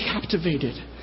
captivated